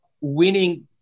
winning